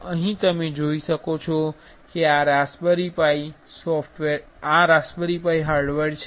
અહીં તમે જોઈ શકો છો કે આ રાસબેરી પાઇ છે